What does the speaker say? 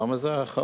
למה זה אחרון?